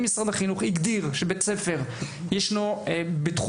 אם המשרד טוען שיש בית ספר שיש בתחומו